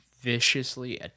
viciously